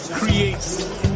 creates